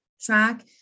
track